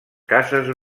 cases